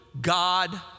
God